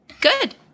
Good